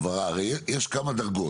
הרי יש כמה דרגות.